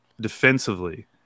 defensively